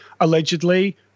allegedly